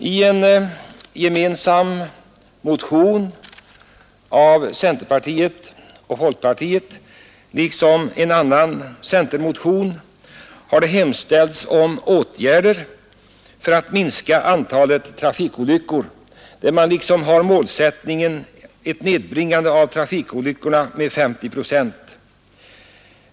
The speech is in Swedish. I en gemensam motion av centerpartiet och folkpartiet liksom en annan centermotion har det hemställts om åtgärder för att minska antalet trafikolyckor. Målsättningen är ett nedbringande av trafikolyckornas antal med 50 procent.